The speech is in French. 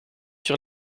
sur